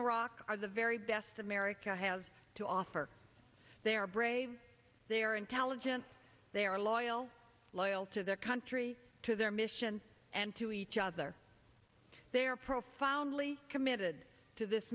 iraq are the very best america has to offer their brave their intelligence they are loyal loyal to their country to their mission and to each other they are profoundly committed to this